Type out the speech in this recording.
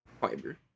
fiber